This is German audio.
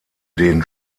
den